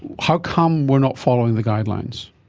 how come we're not following the guidelines?